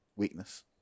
weakness